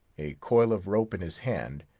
a coil of rope in his hand,